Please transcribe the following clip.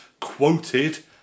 quoted